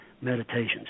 meditations